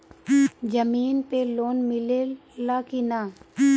जमीन पे लोन मिले ला की ना?